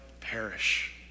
perish